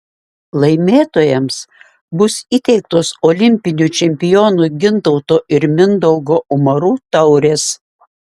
laimėtojams bus įteiktos olimpinių čempionų gintauto ir mindaugo umarų taurės